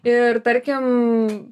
ir tarkim